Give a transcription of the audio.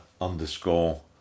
underscore